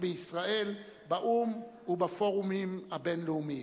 בישראל באו"ם ובפורומים הבין-לאומיים.